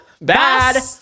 Bad